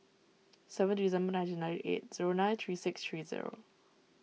seventeen December nineteen ninety eight zero nine three six three zero